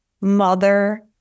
Mother